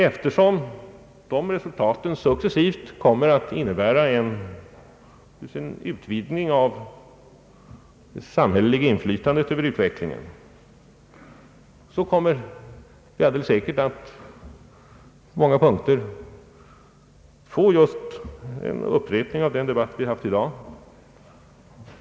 Eftersom dessa resultat successivt kommer att innebära en utvidgning av det samhälleliga inflytandet över utvecklingen, kommer vi alldeles säkert på många punkter att få just en upprepning av den debatt vi fört i dag.